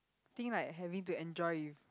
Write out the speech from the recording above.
think like having to enjoy if